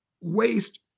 waste